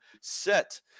set